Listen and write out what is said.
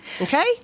Okay